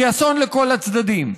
היא אסון לכל הצדדים,